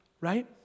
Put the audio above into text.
right